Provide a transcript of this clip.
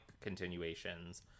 continuations